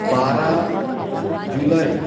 बारा जुलाय